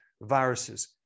viruses